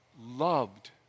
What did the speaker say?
loved